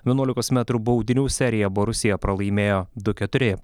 vienuolikos metrų baudinių seriją borusija pralaimėjo du keturi